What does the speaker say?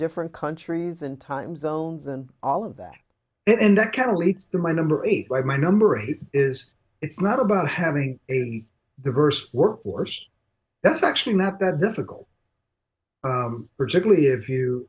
different countries and time zones and all of that in that kind of leads the my number eight by my number eight is it's not about having a diverse workforce that's actually not that difficult particularly if you